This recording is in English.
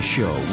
Show